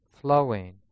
flowing